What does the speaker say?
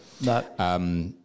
No